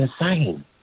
insane